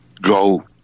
go